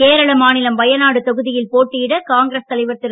கேரள மாநிலம் வயநாடு தொகுதியில் போட்டியிட காங்கிரஸ் தலைவர் திரு